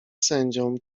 sędzią